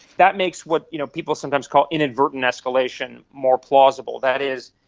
that makes what you know people sometimes call inadvertent escalation more plausible. that is,